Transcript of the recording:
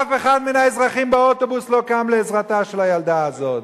אף אחד מן האזרחים באוטובוס לא קם לעזרתה של הילדה הזאת.